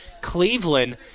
Cleveland